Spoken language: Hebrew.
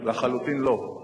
לחלוטין לא.